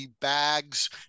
bags